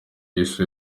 isi